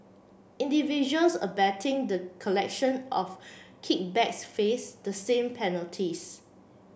individuals abetting the collection of kickbacks face the same penalties